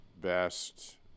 best